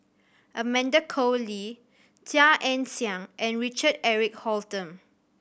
Amanda Koe Lee Chia Ann Siang and Richard Eric Holttum